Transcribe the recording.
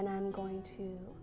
and i'm going to